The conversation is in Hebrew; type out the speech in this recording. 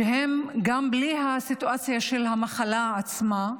שגם בלי הסיטואציה של המחלה עצמה,